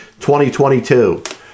2022